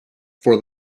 for